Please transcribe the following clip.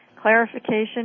clarification